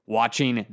watching